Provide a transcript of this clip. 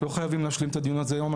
לא חייבים להשלים את הדיון הזה היום.